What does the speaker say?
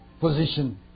position